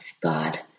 God